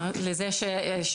על זה דיברנו.